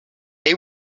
they